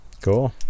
Cool